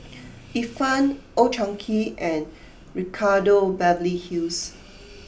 Ifan Old Chang Kee and Ricardo Beverly Hills